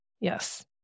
yes